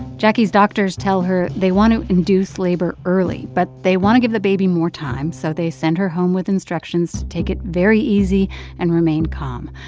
jacquie's doctors tell her they want to induce labor early. but they want to give the baby more time. so they send her home with instructions to take it very easy and remain calm.